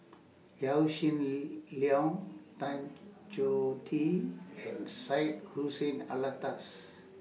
Yaw Shin Leong Tan Choh Tee and Syed Hussein Alatas